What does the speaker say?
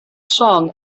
song